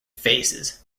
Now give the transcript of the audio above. phases